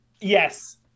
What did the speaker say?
Yes